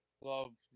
love